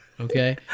okay